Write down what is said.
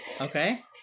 Okay